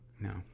No